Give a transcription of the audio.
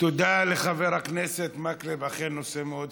תודה לחבר הכנסת מקלב, אכן נושא מאוד חשוב.